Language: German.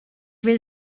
will